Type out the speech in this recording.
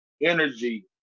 energy